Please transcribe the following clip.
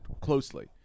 closely